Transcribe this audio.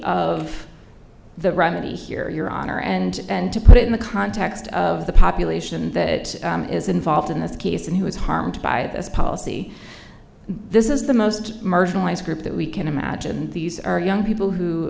of the remedy here your honor and and to put it in the context of the population that is involved in this case and who is harmed by this policy this is the most marginalized group that we can imagine these are young people who